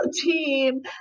team